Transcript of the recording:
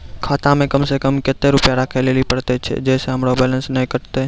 खाता मे कम सें कम कत्ते रुपैया राखै लेली परतै, छै सें हमरो बैलेंस नैन कतो?